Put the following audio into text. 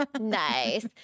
Nice